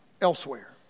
elsewhere